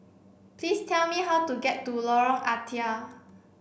please tell me how to get to Lorong Ah Thia